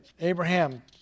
Abraham